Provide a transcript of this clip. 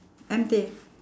empty